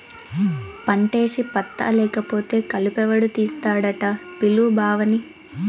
పంటేసి పత్తా లేకపోతే కలుపెవడు తీస్తాడట పిలు బావని